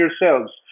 yourselves